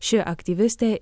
ši aktyvistė